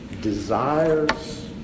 desires